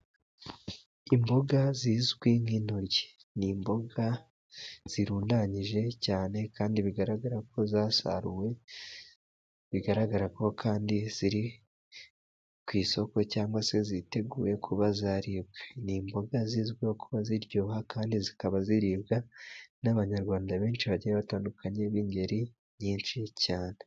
Imboga zizwi nk'intoryi ni imboga zirundanyije cyane kandi bigaragara ko zasaruwe, bigaragara ko kandi ziri ku isoko cyangwa se ziteguye kuba zaribwa, ni imboga zizwiho kuba ziryoha kandi zikaba ziribwa n'Abanyarwanda benshi, bagiye batandukanye b'ingeri nyinshi cyane.